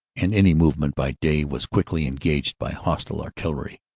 and any movement by day was quickly engaged by hostile artillery.